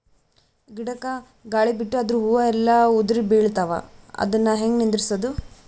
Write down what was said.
ಗಿಡಕ, ಗಾಳಿ ಬಿಟ್ಟು ಅದರ ಹೂವ ಎಲ್ಲಾ ಉದುರಿಬೀಳತಾವ, ಅದನ್ ಹೆಂಗ ನಿಂದರಸದು?